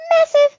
massive